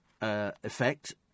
effect